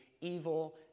evil